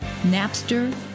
Napster